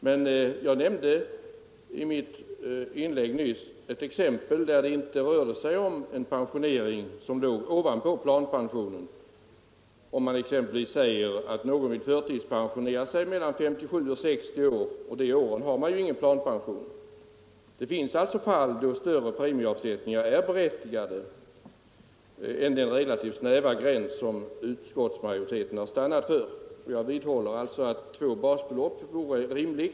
Men jag nämnde i mitt inlägg nyss ett exempel där det inte rörde sig om en pensionering som låg ovanpå planpensioneringen. Vi kan exempelvis tänka oss att någon vill förtidspensionera sig mellan 57 och 60 år — under de åren har man ju ingen planpension. Det finns alltså fall då större premieavsättningar är berättigade än belopp inom den relativt snäva gräns som utskottsmajoriteten har stannat för. Jag vidhåller alltså att två basbelopp vore rimligt.